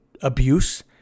abuse